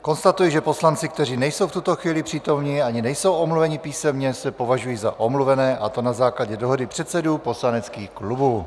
Konstatuji, že poslanci, kteří nejsou v tuto chvíli přítomni ani nejsou omluveni písemně, se považují za omluvené, a to na základě dohody předsedů poslaneckých klubů.